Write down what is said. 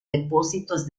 depósitos